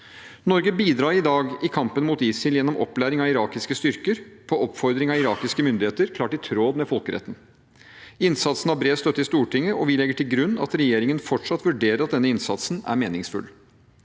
Norge bidrar i dag i kampen mot ISIL gjennom opplæring av irakiske styrker på oppfordring av irakiske myndigheter og klart i tråd med folkeretten. Innsatsen har bred støtte i Stortinget, og vi legger til grunn at regjeringen fortsatt vurderer at denne innsatsen er meningsfull.